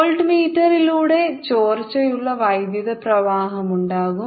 വോൾട്ട്മീറ്ററിലൂടെ ചോർച്ചയുള്ള വൈദ്യുത പ്രവാഹമുണ്ടാകാം